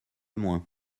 moins